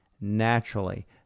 naturally